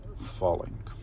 falling